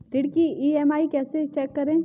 ऋण की ई.एम.आई कैसे चेक करें?